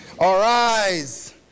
Arise